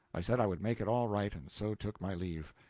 i said i would make it all right, and so took my leave.